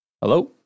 Hello